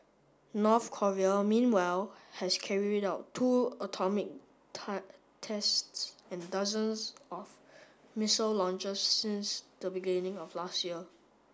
North Korea meanwhile has carried out two atomic tests and dozens of missile launches since the beginning of last year